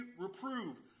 Reprove